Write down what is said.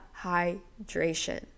hydration